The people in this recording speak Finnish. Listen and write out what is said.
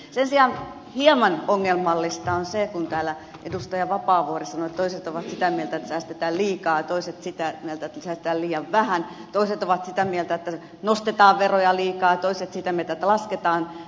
sen sijaan hieman ongelmallista on se kun täällä edustaja vapaavuori sanoi että toiset ovat sitä mieltä että säästetään liikaa ja toiset sitä mieltä että säästetään liian vähän toiset ovat sitä mieltä että nostetaan veroja liikaa toiset sitä mieltä että lasketaan